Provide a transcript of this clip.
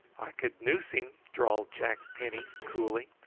i could noose him, drawled jack penny coolly.